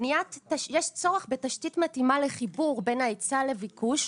יש צורך בתשתית מתאימה בחיבור בין ההיצע לביקוש.